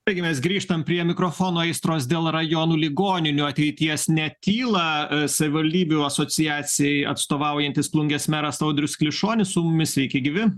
taigi mes grįžtam prie mikrofono aistros dėl rajonų ligoninių ateities netyla savivaldybių asociacijai atstovaujantis plungės meras audrius klišonis su mumis sveiki gyvi